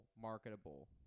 marketable